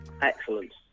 Excellent